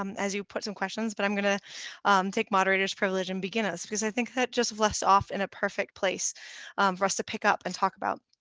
um as you put some questions. but i'm going to take moderator's privilege and begin us because i think that joseph left off in a perfect place for us to pick up and talk about.